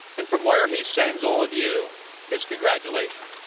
and from where he sends all of you his congratulations.